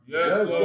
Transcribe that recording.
Yes